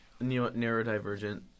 Neurodivergent